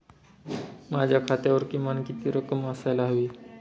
माझ्या खात्यावर किमान किती रक्कम असायला हवी?